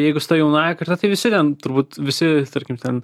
jeigu su ta jaunąja karta tai visi ten turbūt visi tarkim ten